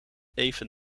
even